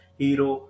hero